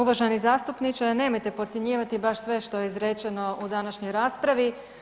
Uvaženi zastupniče, nemojte podcjenjivati baš sve što je izrečeno u današnjoj raspravi.